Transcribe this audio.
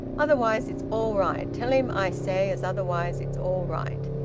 otherwise it's all right. tell him i say as otherwise it's all right.